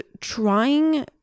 trying